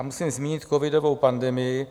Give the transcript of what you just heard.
Musím zmínit covidovou pandemii.